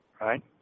right